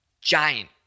giant